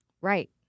Right